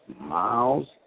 Miles